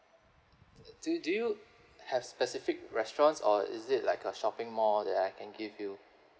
do you do you have specific restaurants or is it like a shopping mall that I can give you